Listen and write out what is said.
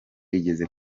igeze